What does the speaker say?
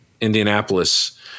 Indianapolis